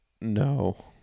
no